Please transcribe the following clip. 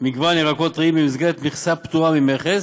מגוון ירקות טריים במסגרת מכסה פטורה ממכס